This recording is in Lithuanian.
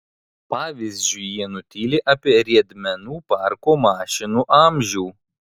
pavyzdžiui jie nutyli apie riedmenų parko mašinų amžių